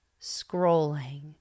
scrolling